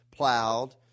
plowed